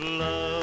love